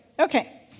Okay